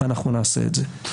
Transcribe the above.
אנחנו נעשה את זה.